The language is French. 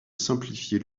simplifier